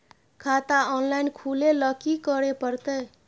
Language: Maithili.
खाता ऑनलाइन खुले ल की करे परतै?